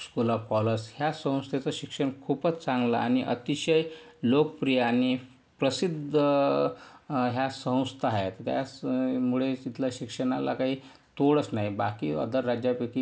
school of scholars ह्या संस्थेचं शिक्षण खूपच चांगलं आहे आणि अतिशय लोकप्रिय आणि प्रसिद्ध ह्या संस्था आहेत त्याचमुळे तिथल्या शिक्षणाला काही तोडच नाही बाकी अदर राज्यापैकी